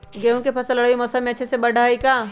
गेंहू के फ़सल रबी मौसम में अच्छे से बढ़ हई का?